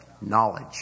knowledge